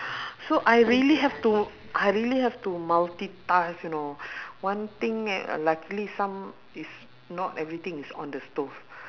so I really have to I really have to multitask you know one thing eh luckily some is not everything is on the stove